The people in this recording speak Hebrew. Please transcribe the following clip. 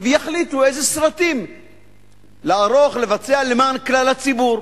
ויחליטו איזה סרטים לערוך, לבצע, למען כלל הציבור.